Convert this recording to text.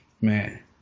man